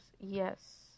Yes